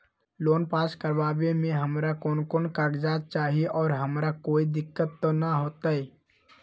Loan पास करवावे में हमरा कौन कौन कागजात चाही और हमरा कोई दिक्कत त ना होतई?